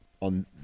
on